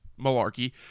malarkey